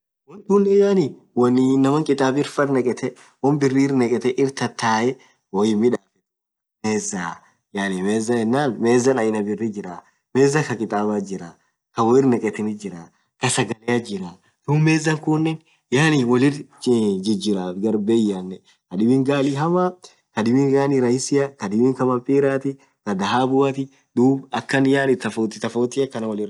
Wontunen yaani wonn inamaa kitabaf irri nekhethe won birr irr nekhethe irr thathae woinn midhafethu yaani mezaa yaani meza yenann mezan aina birrithi jiraa mezaa khaa kitaba Jira khaa woo irr nekhethethn jira khaa sagale jirah dhub meza kunen yaani wolirii jirjirrah beiane khadibin ghali hamaa khadibin yaani rahisia dhini khaa mapirathi dhini khaa dhahabuathi akhan yaani tofauti tofauti